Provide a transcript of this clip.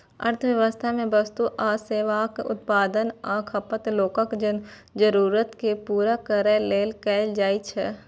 अर्थव्यवस्था मे वस्तु आ सेवाक उत्पादन आ खपत लोकक जरूरत कें पूरा करै लेल कैल जाइ छै